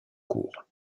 cour